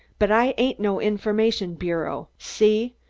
but i ain't no information bureau see?